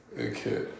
Okay